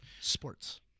sports